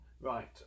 right